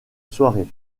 soirée